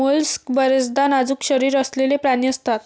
mollusc बर्याचदा नाजूक शरीर असलेले प्राणी असतात